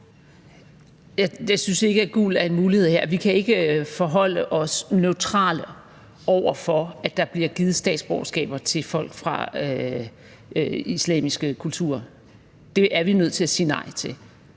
Jeg synes ikke, at gul er en mulighed her. Vi kan ikke forholde os neutrale over for, at der bliver givet statsborgerskaber til folk fra islamiske kulturer. Det er vi nødt til at sige nej til,